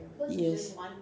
yes